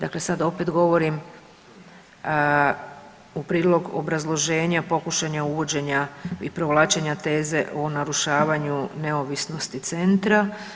Dakle sad opet govorim u prilog obrazloženja pokušenja uvođenja i provlačenja teze o narušavanju neovisnosti centra.